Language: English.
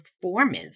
performance